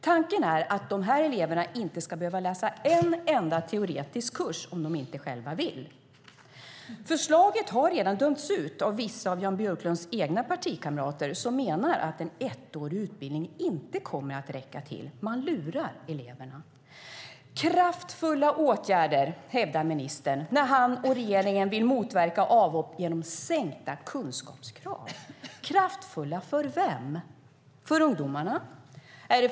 Tanken är att dessa elever inte ska behöva läsa en enda teoretisk kurs om de inte själva vill. Förslaget har redan dömts ut av vissa av Jan Björklunds egna partikamrater, som menar att en ettårig utbildning inte kommer att räcka till. Man lurar eleverna. Detta är kraftfulla åtgärder, hävdar ministern, när han och regeringen vill motverka avhopp genom sänkta kunskapskrav. Kraftfulla för vem? För ungdomarna?